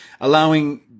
allowing